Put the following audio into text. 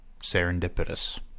Serendipitous